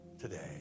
today